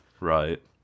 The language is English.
Right